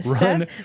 Run